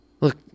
look